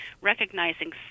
recognizing